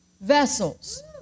vessels